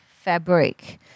fabric